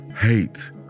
hate